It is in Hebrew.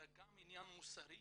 אלא גם עניין מוסרי